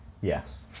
Yes